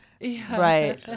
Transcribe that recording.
Right